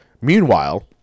Meanwhile